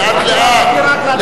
לאט-לאט.